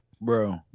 bro